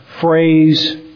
phrase